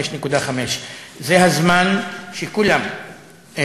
5.5. זה הזמן שכולם,